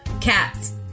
cats